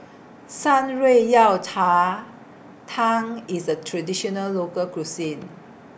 Shan Rui Yao Cha Tang IS A Traditional Local Cuisine